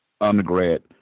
undergrad